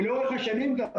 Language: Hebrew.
ולאורך השנים גם,